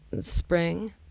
spring